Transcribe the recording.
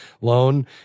loan